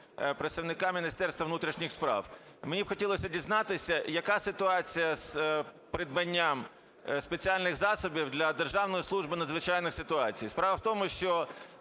Мені хотілося б дізнатися, яка ситуація з придбанням спеціальних засобів для Державної служби з надзвичайних ситуацій?